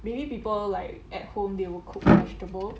maybe people like at home they will cook vegetable